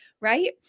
right